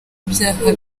ibyaha